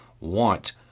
want